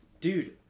dude